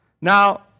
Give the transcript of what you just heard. Now